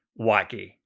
wacky